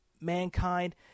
Mankind